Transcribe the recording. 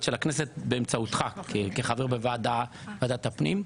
של הכנסת באמצעותך כחבר בוועדת הפנים.